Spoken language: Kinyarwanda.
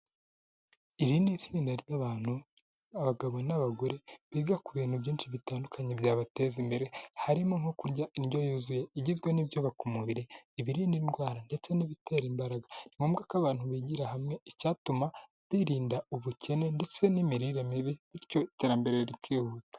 Iri ni itsinda ry'abantu, abagabo n'abagore biga ku bintu byinshi bitandukanye byabateza imbere, harimo nko kurya indyo yuzuye igizwe n'ibyubaka umubiri, ibirinda indwara ndetse n'ibitera imbaraga, ni ngombwa ko abantu bigira hamwe icyatuma birinda ubukene ndetse n'imirire mibi bityo iterambere rikihuta.